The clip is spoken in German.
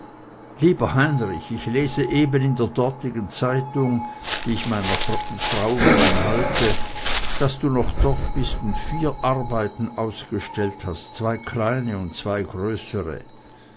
lieber heinrich ich lese eben in der dortigen zeitung die ich meiner frau wegen halte daß du noch dort bist und vier arbeiten ausgestellt hast zwei kleine und zwei größere